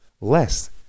less